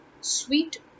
sweet